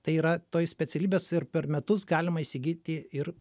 tai yra toj specialybės ir per metus galima įsigyti ir